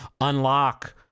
unlock